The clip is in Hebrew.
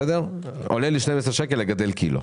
עולה לי 12 שקלים לגדל קילוגרם.